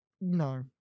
No